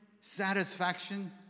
satisfaction